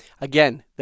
again